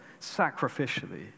sacrificially